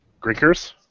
Greekers